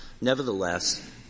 Nevertheless